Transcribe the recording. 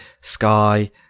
Sky